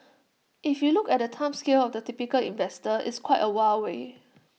if you look at the time scale of the typical investor it's quite A while away